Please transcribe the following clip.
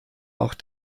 auch